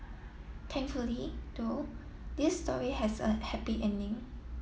thankfully though this story has a happy ending